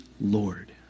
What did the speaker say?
Lord